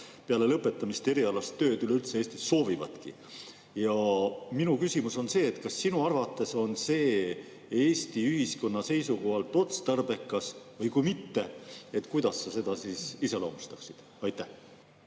keelt valdamata erialast tööd üleüldse Eestis soovivadki. Minu küsimus on see: kas sinu arvates on see Eesti ühiskonna seisukohalt otstarbekas ja kui mitte, siis kuidas sa seda iseloomustaksid? Aitäh,